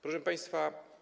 Proszę Państwa!